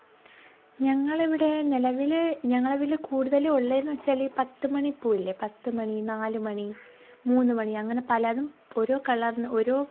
ഞങ്ങളിവിടെ നിലവിൽ ഞങ്ങളുടെ വീട്ടിൽ കൂടുതലും ഉള്ളതെന്ന് വെച്ചാൽ ഈ പത്ത് മണിപ്പൂവില്ലെ പത്ത് മണി നാല് മണി മൂന്നു മണി അങ്ങനെ പലതും ഓരോ കളറിന് ഓരോ